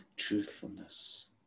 Truthfulness